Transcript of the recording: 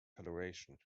coloration